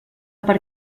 per